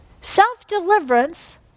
Self-deliverance